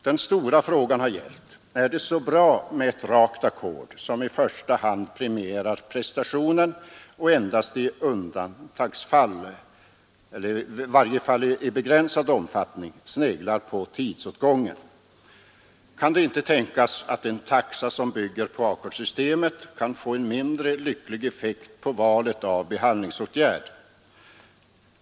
Den stora frågan har gällt: Är det så bra med ett rakt ackord som i första hand premierar prestationen och endast i undantagsfall eller i varje fall endast i begränsad omfattning sneglar på tidsåtgången? Kan det inte tänkas att en taxa som bygger på ackordssystemet kan få en mindre lycklig effekt på valet av behandlingsåtgärd?